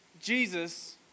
Jesus